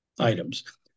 Items